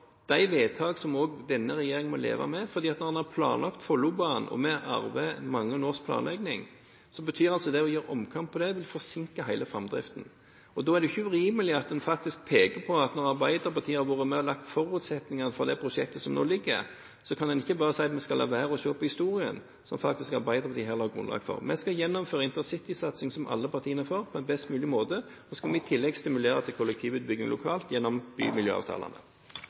man har planlagt Follobanen, og vi arver mange års planlegging, betyr det å gjøre omkamp på dette at man forsinker hele framdriften. Da er det ikke urimelig å peke på at når Arbeiderpartiet har vært med å legge forutsetningene for dette prosjektet, kan man ikke bare si at man skal la være å se på historien – om noe Arbeiderpartiet faktisk har lagt grunnlaget for. Vi skal på en best mulig måte gjennomføre en intercitysatsing som alle partiene er for, , og så skal vi i tillegg stimulere til kollektivutbygging lokalt, gjennom bymiljøavtalene.